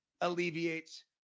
alleviates